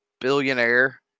billionaire